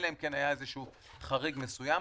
אלא אם כן היה איזשהו חריג מסוים.